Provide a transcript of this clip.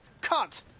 cut